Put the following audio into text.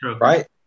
right